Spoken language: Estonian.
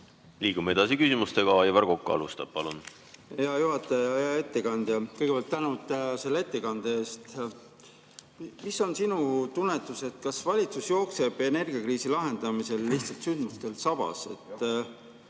Liigume edasi küsimustega. Aivar Kokk alustab. Palun! Hea juhataja! Hea ettekandja! Kõigepealt tänu selle ettekande eest! Mis on sinu tunnetus, kas valitsus jookseb energiakriisi lahendamisel sündmustel sabas?